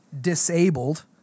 disabled